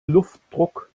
luftdruck